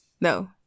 no